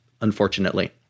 unfortunately